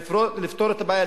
לפתור את הבעיה,